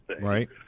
Right